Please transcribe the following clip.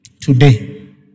Today